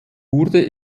wurde